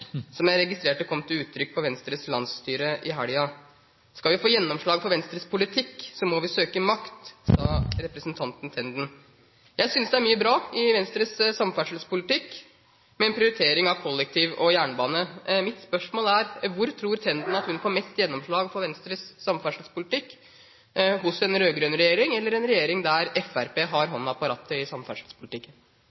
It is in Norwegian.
som jeg registrerte kom til uttrykk på Venstres landsstyremøte i helgen. «Skal vi få gjennomslag for Venstres politikk, må vi søke makt», sa representanten Tenden. Jeg synes det er mye bra i Venstres samferdselspolitikk, med prioritering av kollektivtrafikk og jernbane. Mitt spørsmål er: Hvor tror Tenden at hun får mest gjennomslag for Venstres samferdselspolitikk, hos en rød-grønn regjering eller hos en regjering der Fremskrittspartiet har